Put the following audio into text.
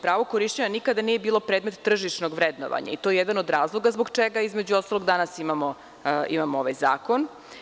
Pravo korišćenja nikada nije bilo predmet tržišnog vrednovanja i to je jedan od razloga zbog čega, između ostalog, danas imamo ovaj zakon.